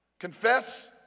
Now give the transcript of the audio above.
Confess